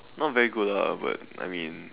not very good lah but I mean